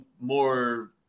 more